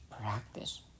practice